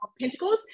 pentacles